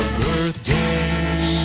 birthday